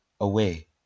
away